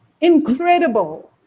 Incredible